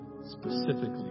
specifically